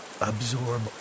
absorb